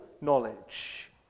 knowledge